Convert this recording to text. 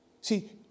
See